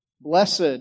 Blessed